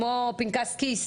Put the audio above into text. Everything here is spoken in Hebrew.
כמו פנקס כיס